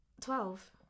Twelve